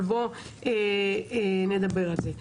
אבל בואו נדבר על זה.